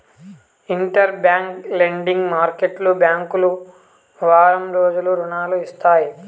inter bank lending market బ్యాంకులు వారం రోజులకు రుణాలు ఇస్తాయి